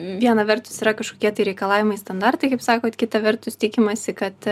viena vertus yra kažkokie tai reikalavimai standartai kaip sakot kita vertus tikimasi kad